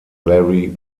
larry